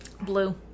Blue